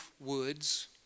woods